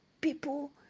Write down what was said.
people